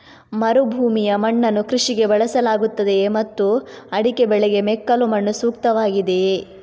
ಮರುಭೂಮಿಯ ಮಣ್ಣನ್ನು ಕೃಷಿಗೆ ಬಳಸಲಾಗುತ್ತದೆಯೇ ಮತ್ತು ಅಡಿಕೆ ಬೆಳೆಗೆ ಮೆಕ್ಕಲು ಮಣ್ಣು ಸೂಕ್ತವಾಗಿದೆಯೇ?